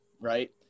Right